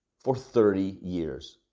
for thirty years.